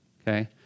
Okay